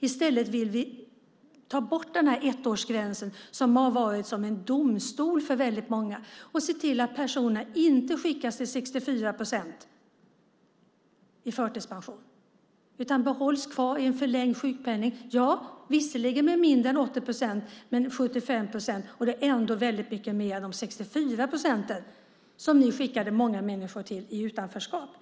I stället vill vi ta bort ettårsgränsen, som har varit som ett domslut för väldigt många, och se till att personer inte skickas till tillvaro med 64 procent i förtidspension utan behålls kvar i en förlängd sjukpenning. Ja, visserligen är det mindre än 80 procent, men dock 75 procent, och det är ändå mycket mer än de 64 procent som ni skickade många människor i utanförskap med.